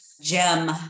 gem